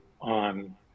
on